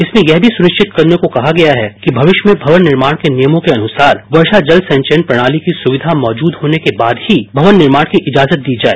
इसमें यह भी सुनिश्चित करने को कहा गया है कि भविष्य में भवन निर्माण के नियमों के अनुसार वर्षा जल संचयन प्रणाली की सुविधा मौजूद होने के बाद ही भवन निर्माण की इजाजत दी जाए